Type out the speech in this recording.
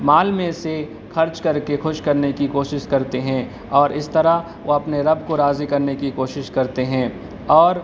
مال میں سے خرچ کر کے خوش کرنے کی کوشش کرتے ہیں اور اس طرح وہ اپنے رب کو راضی کرنے کی کوشش کرتے ہیں اور